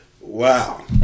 Wow